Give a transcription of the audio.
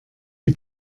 die